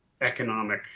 economic